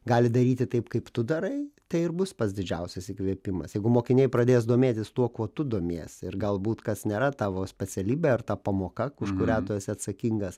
gali daryti taip kaip tu darai tai ir bus pats didžiausias įkvėpimas jeigu mokiniai pradės domėtis tuo kuo tu domiesi ir galbūt kas nėra tavo specialybė ar ta pamoka už kurią tu esi atsakingas